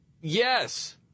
Yes